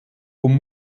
und